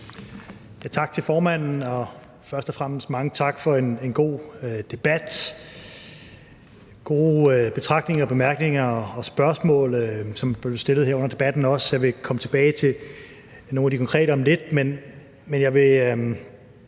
Tak til formanden. Først og fremmest mange tak for en god debat og for gode betragtninger, bemærkninger og spørgsmål, som er kommet her under debatten. Jeg vil komme tilbage til nogle af de konkrete spørgsmål om lidt, men jeg vil